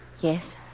yes